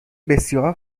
بسیار